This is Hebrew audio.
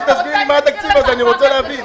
שתסביר לי על מה התקציב הזה, אני רוצה להבין.